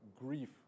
grief